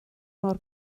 mor